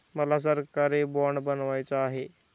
मला सरकारी बाँड बनवायचा आहे